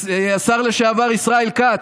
השר לשעבר ישראל כץ,